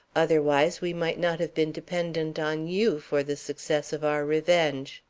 otherwise we might not have been dependent on you for the success of our revenge.